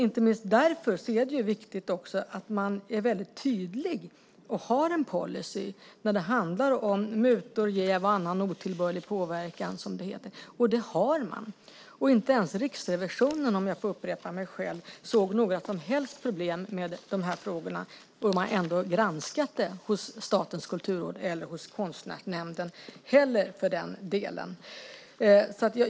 Inte minst därför är det viktigt att man är väldigt tydlig och har en policy när det handlar om mutor, jäv och annan otillbörlig påverkan som det heter, och det har man. Inte ens Riksrevisionen, om jag får upprepa mig själv, såg några som helst problem med de här frågorna, och de har ändå granskat detta hos Statens kulturråd. Och så var inte heller fallet hos Konstnärsnämnden för den delen.